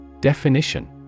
Definition